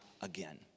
again